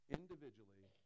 individually